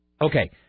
Okay